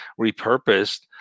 repurposed